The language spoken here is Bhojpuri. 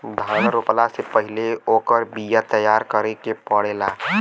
धान रोपला से पहिले ओकर बिया तैयार करे के पड़ेला